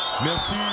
Merci